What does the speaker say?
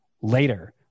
later